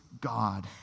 God